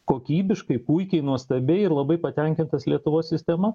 kokybiškai puikiai nuostabiai ir labai patenkintas lietuvos sistema